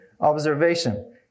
observation